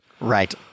Right